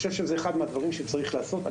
זה אחד הדברים שצריך לעשות.